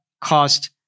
cost